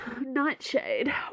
Nightshade